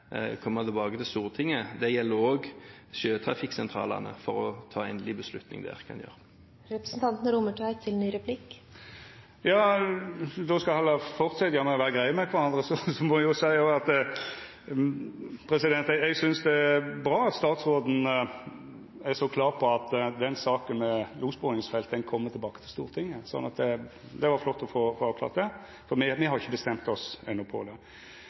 komme tilbake til Stortinget – det gjelder også sjøtrafikksentralene – for at det skal tas en endelig beslutning her. Skal me fortsetja å vera greie med kvarandre, må eg jo seia at eg synest det er bra at statsråden er så klar på at den saka med losbordingsfelt kjem tilbake til Stortinget. Det var flott å få avklart det, for me har ikkje bestemt oss på